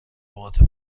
اوقات